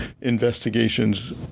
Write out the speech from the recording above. investigations